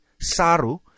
saru